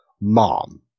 mom